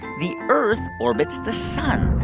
the earth orbits the sun.